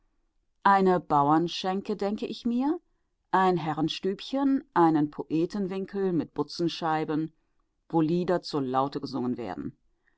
eine bauernschenke denke ich mir ein herrenstübchen einen poetenwinkel mit butzenscheiben wo lieder zur laute gesungen werden